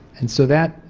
and so that,